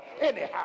anyhow